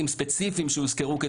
יש לכתוב את